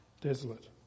desolate